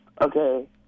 Okay